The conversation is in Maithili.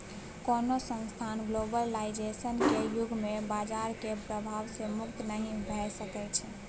कोनो संस्थान ग्लोबलाइजेशन केर युग मे बजारक प्रभाव सँ मुक्त नहि भऽ सकै छै